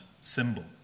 symbol